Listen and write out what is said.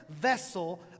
vessel